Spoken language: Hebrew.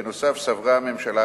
בנוסף סברה הממשלה,